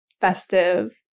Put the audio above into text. festive